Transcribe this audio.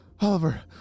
Oliver